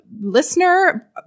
listener